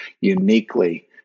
uniquely